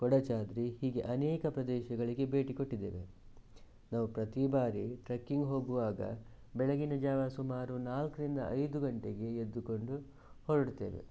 ಕೊಡಚಾದ್ರಿ ಹೀಗೆ ಅನೇಕ ಪ್ರದೇಶಗಳಿಗೆ ಭೇಟಿ ಕೊಟ್ಟಿದ್ದೇವೆ ನಾವು ಪ್ರತಿ ಬಾರಿ ಟ್ರೆಕಿಂಗ್ ಹೋಗುವಾಗ ಬೆಳಗಿನ ಜಾವ ಸುಮಾರು ನಾಲ್ಕರಿಂದ ಐದು ಗಂಟೆಗೆ ಎದ್ದುಕೊಂಡು ಹೊರಡ್ತೇವೆ